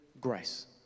grace